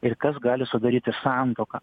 ir kas gali sudaryti santuoką